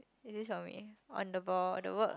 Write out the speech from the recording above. is this for me on the ball or the work